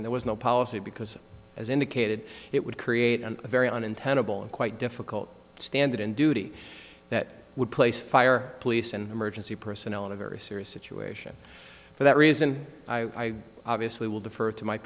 and there was no policy because as i indicated it would create a very on and tenable and quite difficult standard in duty that would place fire police and emergency personnel in a very serious situation for that reason i obviously will defer to my